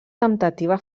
temptativa